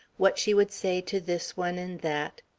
what she would say to this one and that.